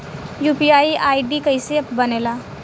UPI ID कैसे बनेला?